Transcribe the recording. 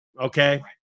okay